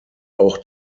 auch